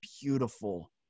beautiful